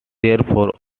therefore